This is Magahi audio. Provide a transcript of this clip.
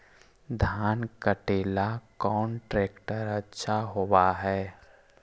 धान कटे ला कौन ट्रैक्टर अच्छा होबा है?